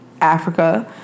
Africa